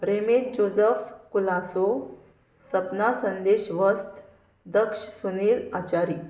रेमेद जोजफ कुलासो सपना संदेश वस्त दक्ष सुनील आचारी